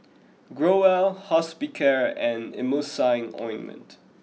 Growell Hospicare and Emulsying Ointment